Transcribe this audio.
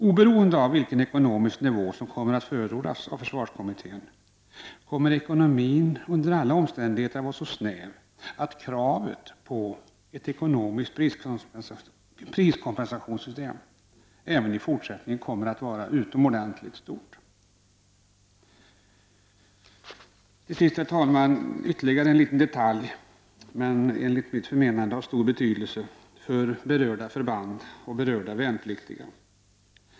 Oberoende av vilken ekonomisk nivå som förordas av försvarskommittén kommer ekonomin under alla omständigheter att vara så snäv att kravet på ett ekonomiskt priskompensationssystem även i fortsättningen blir utomordentligt stort. Till sist vill jag, herr talman, nämna ytterligare en liten detalj, som dock har stor betydelse för berörda förband och värnpliktiga.